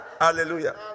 Hallelujah